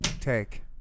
Take